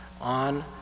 on